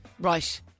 Right